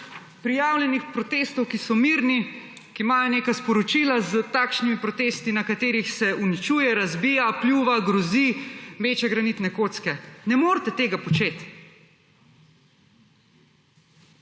prijavljenih protestov, ki so mirni, ki imajo neka sporočila, s takšnimi protesti, na katerih se uničuje, razbija, pljuva, grozi, meče granitne kocke. Ne morete tega početi.